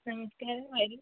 നമസ്ക്കാരം വരൂ